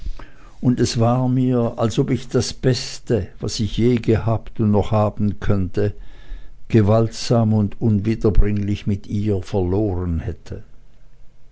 und es war mir als ob ich das beste was ich je gehabt und noch haben könnte gewaltsam und unwiederbringlich mit ihr verloren hätte